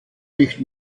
nicht